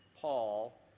Paul